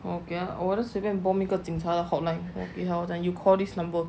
ya 我给我随便 bomb 一个警察的 hotline 我给他 you call this number